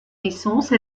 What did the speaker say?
naissances